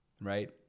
right